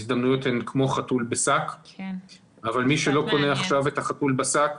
הזדמנויות הן כמו חתול בשק אבל מי שלא קונה עכשיו את החתול בשק,